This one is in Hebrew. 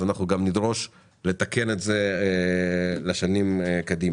אז אנחנו גם נדרוש לתקן את זה לשנים קדימה.